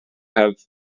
have